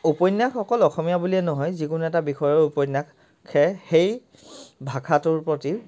উপন্যাস অকল অসমীয়া বুলিয়ে নহয় যিকোনো এটা বিষয়ৰ উপন্যাসে সেই ভাষাটোৰ প্ৰতি